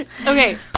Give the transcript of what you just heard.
okay